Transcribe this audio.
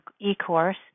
e-course